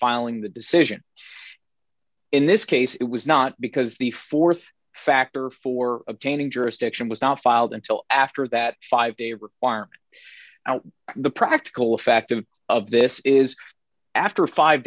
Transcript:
filing the decision in this case it was not because the th factor for obtaining jurisdiction was not filed until after that five day requirement out the practical effect of of this is after five